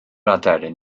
aderyn